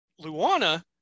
Luana